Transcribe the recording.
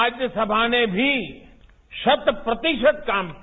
राज्यसभा ने भी शत प्रतिशत काम किया